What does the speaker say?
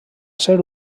ser